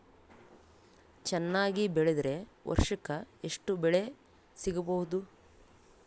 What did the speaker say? ಚೆನ್ನಾಗಿ ಬೆಳೆದ್ರೆ ವರ್ಷಕ ಎಷ್ಟು ಬೆಳೆ ಸಿಗಬಹುದು?